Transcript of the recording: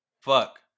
fuck